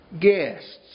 guests